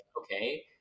okay